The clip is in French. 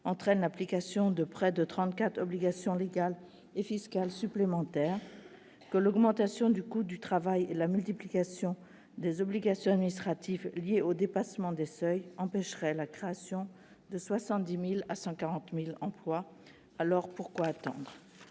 entraîne l'application de près de 34 obligations légales et fiscales supplémentaires, que l'augmentation du coût du travail et la multiplication des obligations administratives liées au dépassement des seuils empêcheraient la création de 70 000 à 140 000 emplois. Alors, pourquoi attendre ?